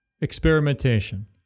experimentation